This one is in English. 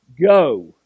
go